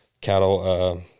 cattle